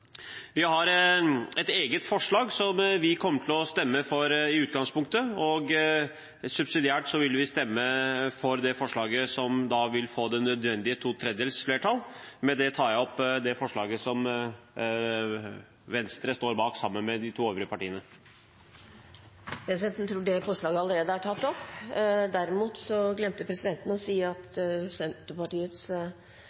Vi har et eget forslag som vi kommer til å stemme for i utgangspunktet. Subsidiært vil vi stemme for det forslaget som vil få det nødvendige to tredjedels flertall. Med dette tar jeg opp det forslaget som Venstre står bak sammen med de to øvrige partiene. Presidenten tror det forslaget allerede er tatt opp.